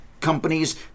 companies